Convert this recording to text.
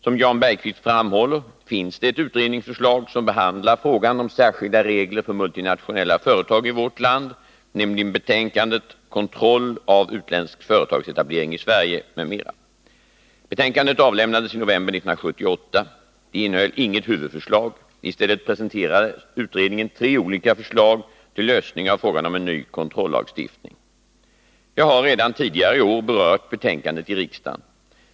Som Jan Bergqvist framhåller finns det ett utredningsförslag som behandlar frågan om särskilda regler för multinationella företag i vårt land, nämligen betänkandet Kontroll av utländsk företagsetablering i Sverige m.m. slag. I stället presenterade utredningen tre olika förslag till lösning av frågan om en ny kontrollagstiftning. Jag har redan tidigare i år berört betänkandet i riksdagen.